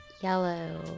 Yellow